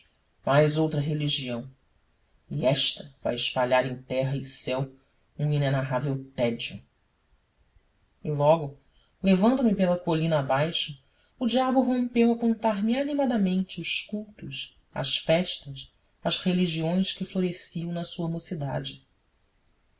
mais outra religião e esta vai espalhar em terra e céu um inenarrável tédio e logo levando me pela colina abaixo o diabo rompeu a contar-me animadamente os cultos as festas as religiões que floresciam na sua mocidade